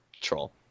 Troll